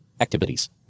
Activities